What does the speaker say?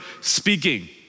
speaking